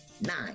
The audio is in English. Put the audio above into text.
Nine